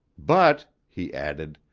but, he added,